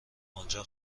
آنجا